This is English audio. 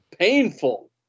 Painful